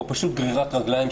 זו פשוט גרירת רגליים.